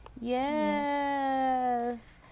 Yes